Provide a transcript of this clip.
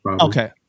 Okay